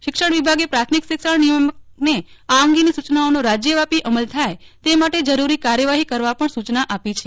શિક્ષણ વિભાગે પ્રાથમિક શિક્ષણ નિયામકશ્રીને આ અંગેની સૂચનાઓનો રાજયવ્યાપી અમલ થાય તે માટે જરૂરી કાર્યવાહી કરવા પણ સૂચના આપી છે